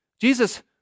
Jesus